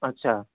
اچھا